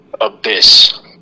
abyss